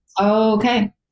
Okay